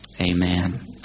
Amen